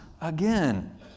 again